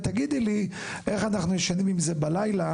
ותגידי לי איך אנחנו ישנים עם זה בלילה,